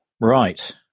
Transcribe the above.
Right